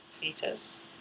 fetus